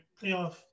playoff